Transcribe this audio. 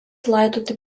laidoti